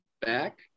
back